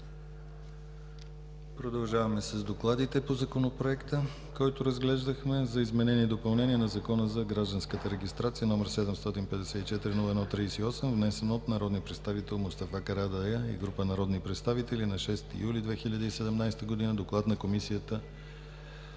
Продължаваме с докладите по Законопроекта, който разглеждахме, за изменение и допълнение на Закона за гражданската регистрация, № 754-01-38, внесен от народния представител Мустафа Карадайъ и група народни представители на 6 юли 2017 г. Доклад на Комисията